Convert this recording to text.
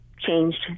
changed